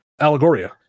allegoria